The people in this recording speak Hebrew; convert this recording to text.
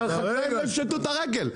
שאחרי זה יפשטו את הרגל.